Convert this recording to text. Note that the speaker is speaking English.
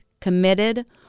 committed